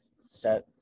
set